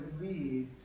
lead